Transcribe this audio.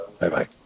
Bye-bye